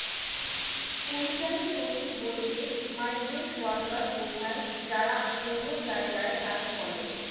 পরিযায়ী শ্রমিক বলতে মাইগ্রেন্ট ওয়ার্কার বোঝায় যারা অন্য জায়গায় কাজ করে